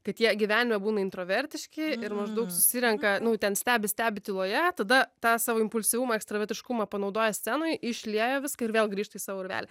kad jie gyvenime būna intravertiški ir maždaug susirenka nu ten stebi stebi tyloje tada tą savo impulsyvumą ekstravertiškumą panaudoja scenoj išlieja viską ir vėl grįžta į savo urvelį